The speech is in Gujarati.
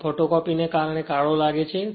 આ ફોટોકોપીને કારણે કાળો લાગે છે